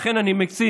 לכן אני מציע